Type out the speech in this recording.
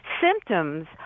symptoms